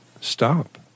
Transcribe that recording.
stop